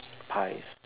pies